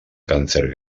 càncer